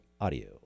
audio